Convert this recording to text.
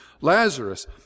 Lazarus